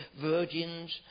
virgins